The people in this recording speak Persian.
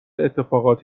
اتفاقات